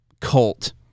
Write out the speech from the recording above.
cult